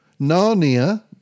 Narnia